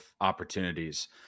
opportunities